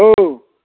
hello